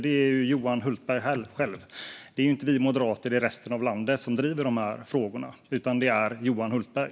Det är Johan Hultberg själv, inte "vi moderater" i resten av landet, som driver de här frågorna. Det är Johan Hultberg.